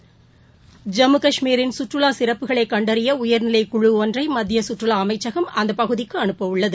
ஐம்மு கஷ்மீரின் கற்றுலாசிறப்புகளைகண்டறியஉயர்நிலை குழு ஒன்றைமத்தியகற்றுலாஅமைச்சகம் அந்தபகுதிக்குஅனுப்பஉள்ளது